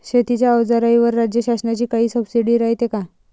शेतीच्या अवजाराईवर राज्य शासनाची काई सबसीडी रायते का?